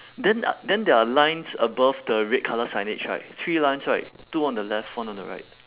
then uh then their lines above the red colour signage right three lines right two on the left one on the right